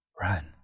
run